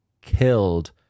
killed